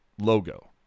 logo